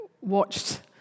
watched